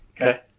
Okay